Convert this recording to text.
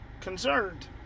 concerned